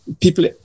people